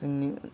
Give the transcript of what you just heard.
जोंनि